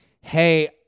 hey